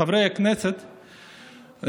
חברי הכנסת,